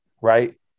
Right